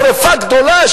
שתהיה שרפה גדולה?